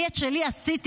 אני את שלי עשיתי.